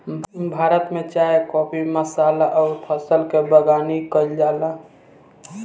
भारत में चाय काफी मसाल अउर फल के बगानी कईल जाला